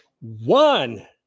one